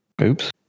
Oops